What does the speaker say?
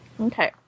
Okay